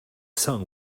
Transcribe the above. song